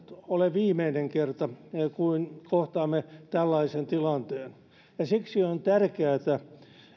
ole viimeinen kerta kun kohtaamme tällaisen tilanteen ja siksi on tärkeätä